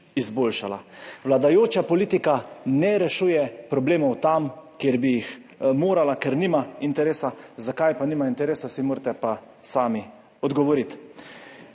izboljšala. Vladajoča politika ne rešuje problemov tam, kjer bi jih morala, ker nima interesa. Zakaj nima interesa, si morate pa sami odgovoriti.